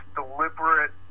deliberate